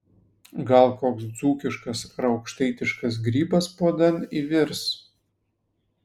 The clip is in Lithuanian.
gal koks dzūkiškas ar aukštaitiškas grybas puodan įvirs